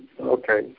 Okay